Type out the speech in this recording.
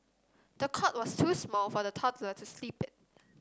the cot was too small for the toddler to sleep in